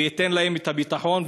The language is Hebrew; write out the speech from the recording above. וייתן להם ביטחון,